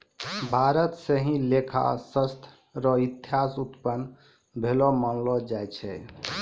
भारत स ही लेखा शास्त्र र इतिहास उत्पन्न भेलो मानलो जाय छै